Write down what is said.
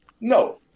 No